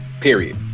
period